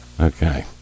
Okay